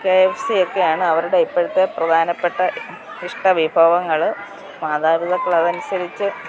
K F സിയൊക്കെയാണ് അവരുടെ ഇപ്പോഴത്തെ പ്രധാനപ്പെട്ട ഇഷ്ട വിഭവങ്ങൾ മാതാപിതാക്കളതനുസരിച്ച്